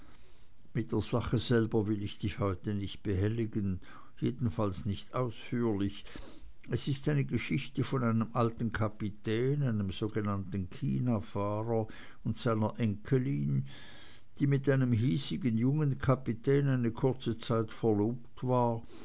mit der sache selber will ich dich heute nicht behelligen jedenfalls nicht ausführlich es ist eine geschichte von einem alten kapitän einem sogenannten chinafahrer und seiner enkelin die mit einem hiesigen jungen kapitän eine kurze zeit verlobt war